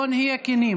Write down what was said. בואו נהיה כנים.